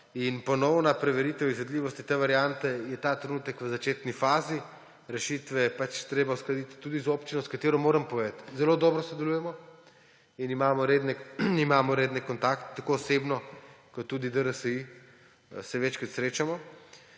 Ponovna preveritev izvedljivosti te variante je ta trenutek v začetni fazi. Rešitve je pač treba uskladiti tudi z občino, s katero – moram povedati – zelo dobro sodelujemo in imamo redne kontakte, tako osebno kot tudi DRSI, se večkrat srečamo.